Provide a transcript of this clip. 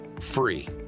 free